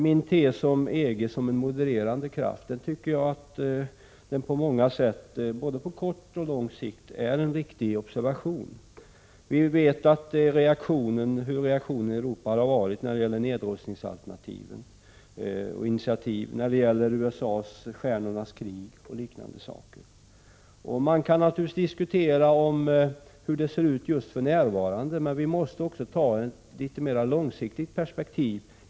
Min tes om EG som en modererande kraft, både på kort och på lång sikt, tycker jag baserar sig på en riktig observation. Vi vet hur reaktionen i Europa har varit när det gäller nedrustningsalternativen, USA:s ”Stjärnornas krig” och liknande frågor. Naturligtvis kan man diskutera hur läget är för närvarande, men vi måste föra Europadiskussionen i ett mera långsiktigt perspektiv.